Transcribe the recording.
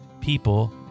people